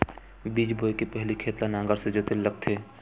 बीज बोय के पहिली खेत ल नांगर से जोतेल लगथे?